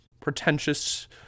pretentious